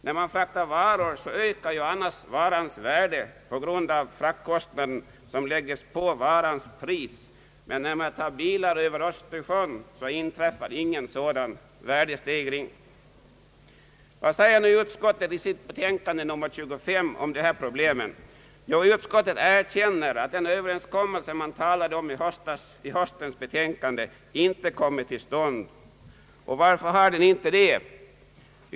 När man fraktar varor ökar ju annars varans värde på grund av fraktkostnaden, som läggs på varans pris, men när man tar bilar över Östersjön inträffar ingen sådan värdestegring. Vad säger nu utskottet i sitt betänkande nr 25 om de här problemen? Utskottet erkänner att den överenskommelse man talade om i höstens betänkande inte kommit till stånd. Och varför har den inte det?